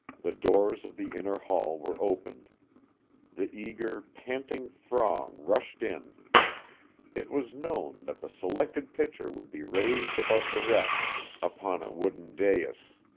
the doors of the inner hall were opened the eager, panting throng rushed in it was known that the selected picture would be raised above the rest upon a wooden dais.